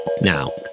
Now